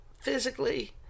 physically